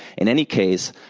in any case,